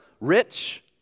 rich